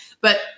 But-